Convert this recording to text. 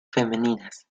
femeninas